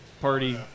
party